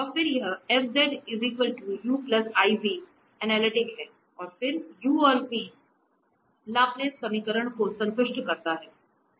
और फिर यह f u iv एनालिटिकहै फिर u और v लाप्लेस समीकरण को संतुष्ट करता है